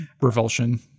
revulsion